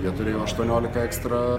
jie turėjo aštuoniolika ekstra